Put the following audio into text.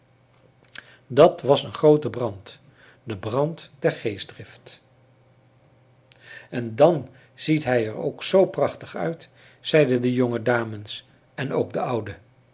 dat was een groote brand de brand der geestdrift en dan ziet hij er ook zoo prachtig uit zeiden de jonge dames en ook de oude